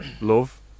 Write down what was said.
Love